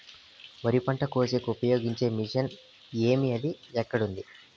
వరి పంట కోసేకి ఉపయోగించే మిషన్ ఏమి అది ఎక్కడ ఉంది?